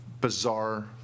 bizarre